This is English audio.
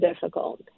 difficult